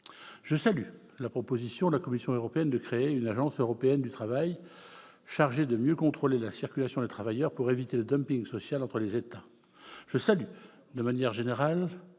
Je salue aussi la proposition de la Commission européenne de créer une « Agence européenne du travail » chargée de mieux contrôler la circulation des travailleurs, pour éviter le dumping social entre les États. Je salue enfin de manière générale,